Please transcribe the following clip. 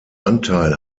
anteil